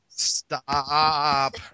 Stop